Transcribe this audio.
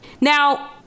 Now